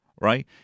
right